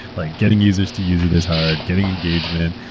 like getting users to use it is hard, getting engagement,